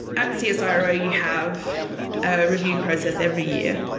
at csiro you have a review process every year.